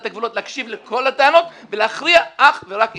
הגבולות להקשיב לכל הטענות ולהכריע אך ורק עניינית.